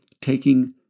taking